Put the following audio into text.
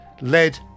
led